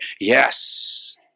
Yes